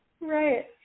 Right